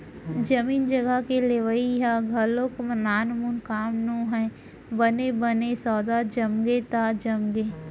जमीन जघा के लेवई ह घलोक नानमून काम नोहय बने बने सौदा जमगे त जमगे